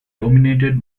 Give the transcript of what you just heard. dominated